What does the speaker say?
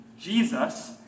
Jesus